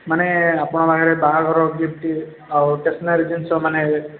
ମାନେ ଆପଣଙ୍କ ପାଖରେ ବାହାଘର ଗିଫ୍ଟ ଆଉ ଷ୍ଟେସନାରୀ ଜିନିଷ ମାନେ